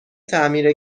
تعمیر